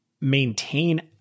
maintain